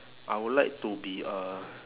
I would like to be a